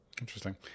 Interesting